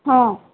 ହଁ